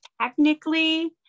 technically